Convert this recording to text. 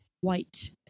white